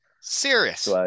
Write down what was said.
serious